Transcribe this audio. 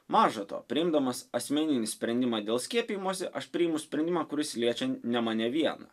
maža to priimdamas asmeninį sprendimą dėl skiepijimosi aš priimu sprendimą kuris liečia ne mane vieną